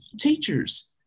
teachers